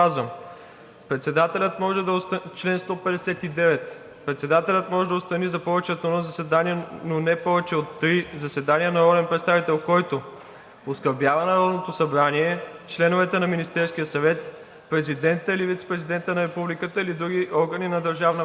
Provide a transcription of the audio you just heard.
Председателят може да отстрани за повече от едно заседание, но не повече от три заседания, народен представител, който: 1. оскърбява Народното събрание, членовете на Министерския съвет, президента или вицепрезидента на Републиката или други органи на държавна власт;“.